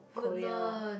Woodlands